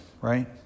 right